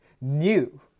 new